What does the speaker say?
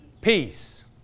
Peace